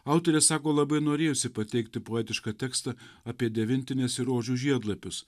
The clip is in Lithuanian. autorė sako labai norėjosi pateikti poetišką tekstą apie devintines ir rožių žiedlapius